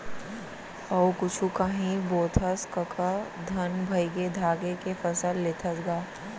अउ कुछु कांही बोथस कका धन भइगे धाने के फसल लेथस गा?